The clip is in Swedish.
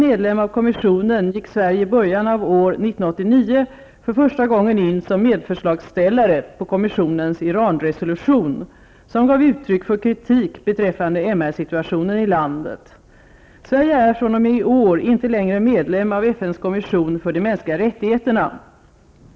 Sverige i början av år 1989 för första gången in som medförslagsställare på kommissionens Iranresolution, som gav uttryck för kritik beträffande Sverige är fr.o.m. i år inte längre medlem av FN:s kommission för de mänskliga rättigheterna.